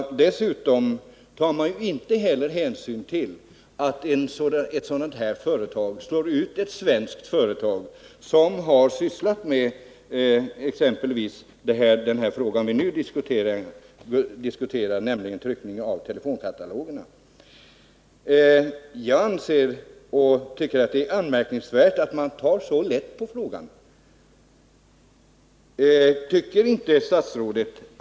Man tar inte heller hänsyn till att ett sådant här företag slår ut ett svenskt företag som har sysslat med exempelvis den fråga vi nu diskuterar, nämligen annonsanskaffning till telefonkatalogen. Jag anser att det är anmärkningsvärt att man tar så lätt på frågan. Man har följt gällande bestämmelser, säger statsrådet.